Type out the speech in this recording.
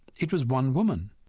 it was one woman.